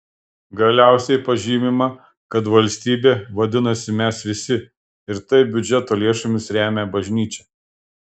galiausiai pažymima kad valstybė vadinasi mes visi ir taip biudžeto lėšomis remia bažnyčią